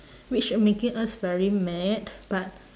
which uh making us very mad but